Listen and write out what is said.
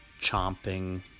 chomping